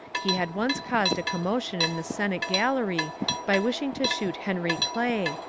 he had once caused a commotion in the senate gallery by wishing to shoot henry clay,